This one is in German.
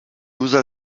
user